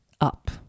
up